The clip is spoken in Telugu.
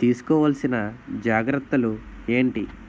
తీస్కో వలసిన జాగ్రత్తలు ఏంటి?